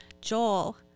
Joel